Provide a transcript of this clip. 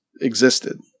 existed